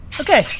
Okay